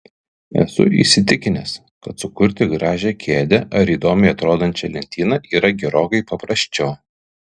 esu įsitikinęs kad sukurti gražią kėdę ar įdomiai atrodančią lentyną yra gerokai paprasčiau